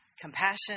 Compassion